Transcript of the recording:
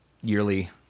yearly